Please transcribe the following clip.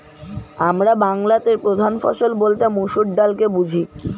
আমরা বাংলাতে প্রধান ফসল বলতে মসুর ডালকে বুঝি